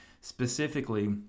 Specifically